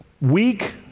weak